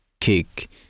kick